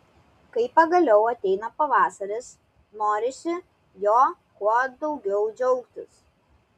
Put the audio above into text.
kai pagaliau ateina pavasaris norisi juo kuo daugiau džiaugtis